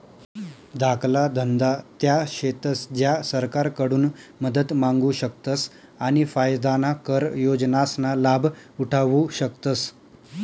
धाकला धंदा त्या शेतस ज्या सरकारकडून मदत मांगू शकतस आणि फायदाना कर योजनासना लाभ उठावु शकतस